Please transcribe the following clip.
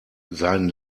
sein